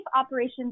Operations